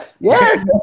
Yes